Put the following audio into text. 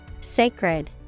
sacred